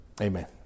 amen